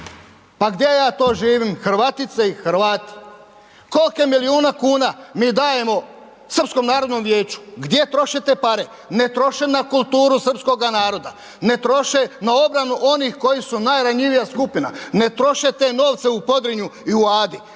Pa gdje ja to živim Hrvatice i Hrvati? Kolke milijune kuna mi dajemo Srpskom narodnom vijeća? Gdje troše te pare? Ne troše na kulturu srpskoga naroda, ne troše na obranu onih koji su najranjivija skupina, ne troše te novce u Podrinju i u Adi.